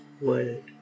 world